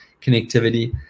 connectivity